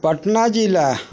पटना जिला